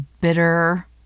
bitter